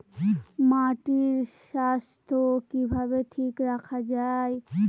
মাটির স্বাস্থ্য কিভাবে ঠিক রাখা যায়?